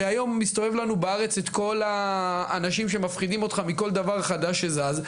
הרי היום מסתובב לנו בארץ את כל האנשים שמפחידים אותך מכל דבר חדש שזז,